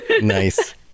nice